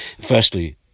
Firstly